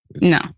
No